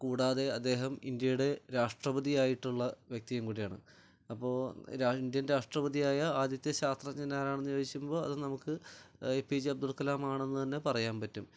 കൂടാതെ അദ്ദേഹം ഇന്ത്യയുടെ രാഷ്ട്രപതി ആയിട്ടുള്ള വ്യക്തിയും കൂടിയാണ് അപ്പോൾ ഇന്ത്യൻ രാഷ്ട്രപതിയായ ആദ്യത്തെ ശാസ്ത്രജ്ഞൻ ആരാണെന്ന് ചോദിച്ചപ്പോൾ അത് നമുക്ക് A P J Abdul Kalam തന്നെ ആണെന്ന് പറയാൻ പറ്റും